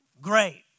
Great